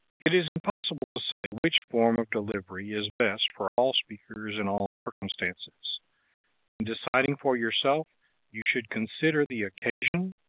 it is impossible to say which form of delivery is best for all speakers in all circumstances in deciding for yourself you should consider the occasion,